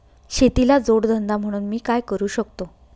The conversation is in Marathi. शेतीला जोड धंदा म्हणून मी काय करु शकतो?